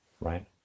Right